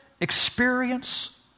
experience